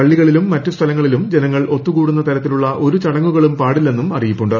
പള്ളികളിലും മറ്റ് സ്ഥലങ്ങളിലും ജർങ്ങൾ ഒത്തുകൂടുന്ന തരത്തിലുള്ള ഒരു ചടങ്ങുകളും പാടില്ലെന്നു് ആറിയിപ്പുണ്ട്